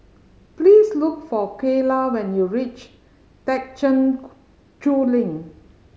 please look for Kayla when you reach Thekchen Choling